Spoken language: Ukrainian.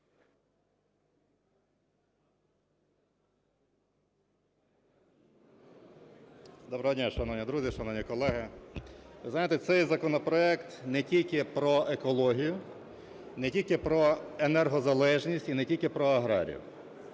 Доброго дня, шановні друзі, шановні колеги! Знаєте цей законопроект не тільки про екологію, не тільки про енергозалежність і не тільки про аграріїв.